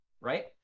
right